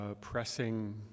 pressing